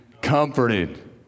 comforted